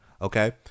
Okay